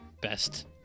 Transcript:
best